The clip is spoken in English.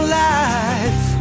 life